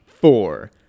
four